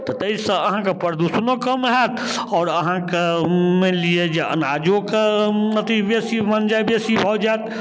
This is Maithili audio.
तऽ ताहिसँ अहाँके प्रदूषणो कम हैत आओर अहाँके मानि लिअऽ जे अनाजोके अथी बेसी माने जे बेसी भऽ जाएत